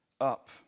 up